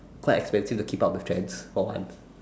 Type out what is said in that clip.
quite expensive to keep up with trends for one